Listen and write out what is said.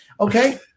okay